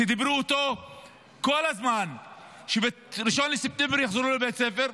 שדיברו איתו כל הזמן שב-1 בספטמבר יחזרו לבית הספר,